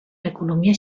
l’economia